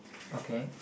okay